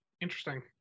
interesting